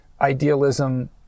Idealism